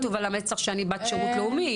לא, לא כתוב על המצב שאני בת שירות לאומי.